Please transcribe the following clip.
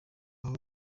aho